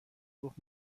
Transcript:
گفت